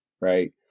right